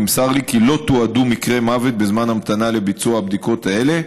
נמסר לי כי לא תועדו מקרי מוות בזמן המתנה לביצוע הבדיקות האלה,